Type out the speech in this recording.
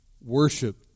Worship